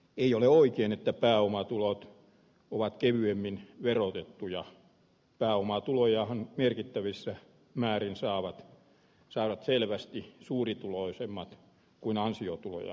ei ole oikein että pääomatulot ovat kevyemmin verotettuja pääomatuloja on merkittävissä määrin saavat saivat selvästi suurituloisemmat kuin ansiotuloja